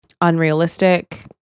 unrealistic